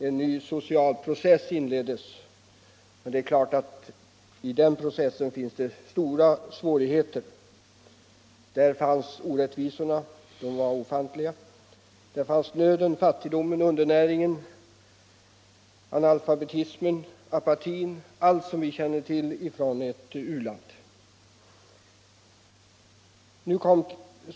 En ny social process inleddes, men det är klart att den processen möter stora svårigheter. Där fanns orättvisorna — de var ofantliga — där fanns nöden, fattigdomen, undernäringen, analfabetismen, apatin, dvs. allt sådant som kännetecknar ett u-land.